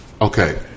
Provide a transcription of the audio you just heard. Okay